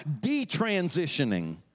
detransitioning